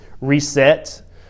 reset